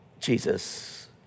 Jesus